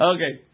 Okay